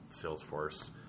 Salesforce